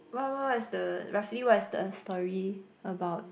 what what is the roughly what is the story about